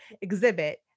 exhibit